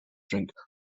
drink